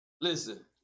Listen